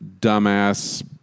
dumbass